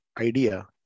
idea